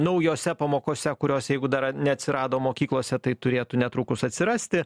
naujose pamokose kurios jeigu dar neatsirado mokyklose tai turėtų netrukus atsirasti